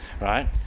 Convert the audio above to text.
right